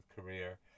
career